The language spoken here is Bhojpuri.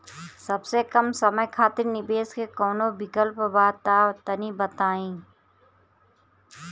सबसे कम समय खातिर निवेश के कौनो विकल्प बा त तनि बताई?